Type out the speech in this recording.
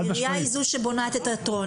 העירייה היא זו שבונה את התיאטרון,